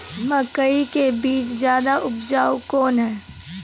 मकई के बीज ज्यादा उपजाऊ कौन है?